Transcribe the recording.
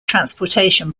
transportation